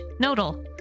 Nodal